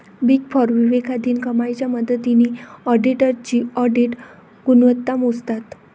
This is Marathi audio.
बिग फोर विवेकाधीन कमाईच्या मदतीने ऑडिटर्सची ऑडिट गुणवत्ता मोजतात